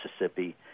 Mississippi